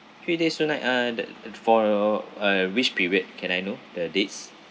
three days two night uh the the t~ for your ah which period can I know the dates